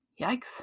Yikes